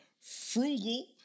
frugal